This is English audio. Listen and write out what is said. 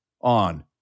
on